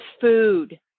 food